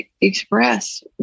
express